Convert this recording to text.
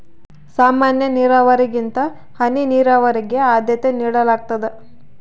ಸಾಮಾನ್ಯ ನೇರಾವರಿಗಿಂತ ಹನಿ ನೇರಾವರಿಗೆ ಆದ್ಯತೆ ನೇಡಲಾಗ್ತದ